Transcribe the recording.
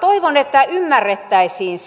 toivon että ymmärrettäisiin